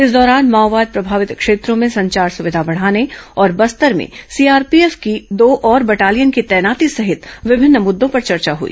इस दौरान माओवाद प्रभावित क्षेत्रों में संचार सुविधा बढ़ाने और बस्तर में सीआरपीएफ की दो और बटालियन की तैनाती सहित विभिन्न मुद्दों पर चर्चा हुई